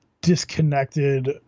disconnected